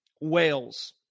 Wales